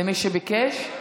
למי שביקש.